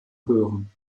hören